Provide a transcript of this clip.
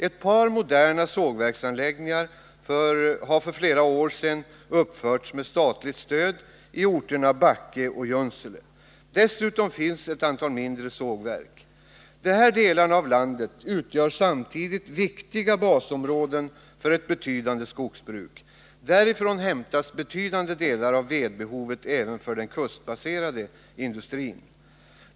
För flera år sedan uppfördes med statligt stöd ett par moderna sågverksanläggningar i orterna Backe och Junsele. Dessutom finns det ett antal mindre sågverk. Dessa delar av landet utgör samtidigt viktiga basområden för ett betydande skogsbruk. Därifrån hämtas avsevärda delar av vedbehovet även för den kustbaserade industrin.